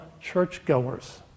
churchgoers